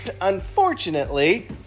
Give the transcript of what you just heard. unfortunately